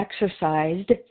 exercised